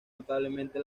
notablemente